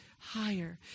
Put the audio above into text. higher